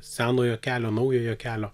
senojo kelio naujojo kelio